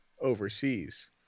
overseas